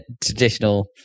traditional